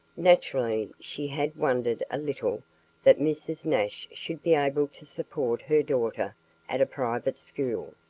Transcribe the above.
naturally, she had wondered a little that mrs. nash should be able to support her daughter at a private school,